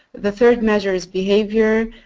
the third measure is behavior.